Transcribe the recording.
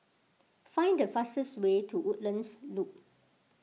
find the fastest way to Woodlands Loop